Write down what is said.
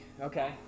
okay